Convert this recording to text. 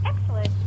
Excellent